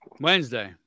Wednesday